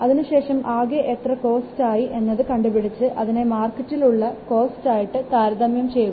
അതിനുശേഷം ആകെ എത്ര കോസ്റ്റ് ആയി എന്നത് കണ്ടുപിടിച്ച അതിനെ മാർക്കറ്റിലുള്ള ഉള്ള കോസ്റ്റ് ആയിട്ട് താരതമ്യം ചെയ്യുക